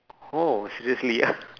oh seriously